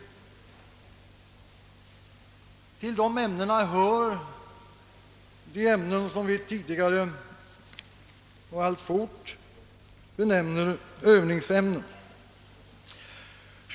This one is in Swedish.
Till dessa ämnen hör de som vi tidigare och alltfort benämner övningsämnen.